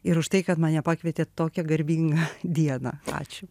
ir už tai kad mane pakvietėt tokią garbingą dieną ačiū